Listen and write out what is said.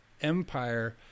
empire